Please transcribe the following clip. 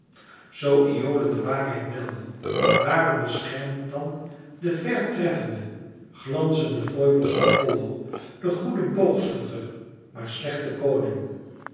zoo iole de waarheid meldde waarom beschermt dan de vèrtreffende glanzende foibos apollo den goeden boogschutter maar slechten koning